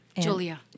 Julia